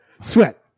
sweat